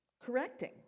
correcting